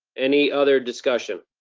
any other discussion?